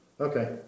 Okay